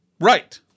Right